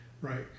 right